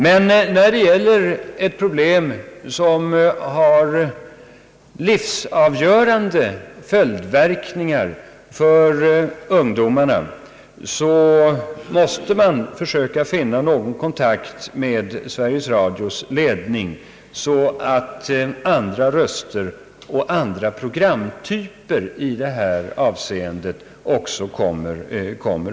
Men när det gäller problem som har livsavgörande följdverkningar för ungdomarna, så måste man försöka finna någon kontakt med Sveriges Radios ledning, så att andra röster och andra programtyper i detta avseende också kommer fram.